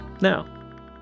Now